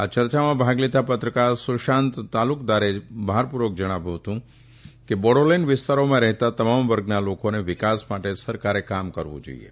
આ ચર્ચામાં ભાગ લેતાં પત્રકાર શુશાંત તાલુકદારે ભારપુર્વક જણાવ્યું હતું કે બોડોલેંડ વિસ્તારોમાં રહેતાં તમામ વર્ગના લોકોના વિકાસ માટે સરકારે કામ કરવું જોઇએ